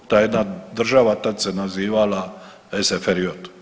Ta jedna država tad se nazivala SFRJ.